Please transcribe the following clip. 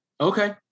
Okay